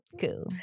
Cool